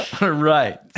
right